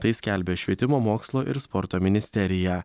tai skelbia švietimo mokslo ir sporto ministerija